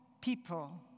people